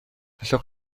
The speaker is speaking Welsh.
allwch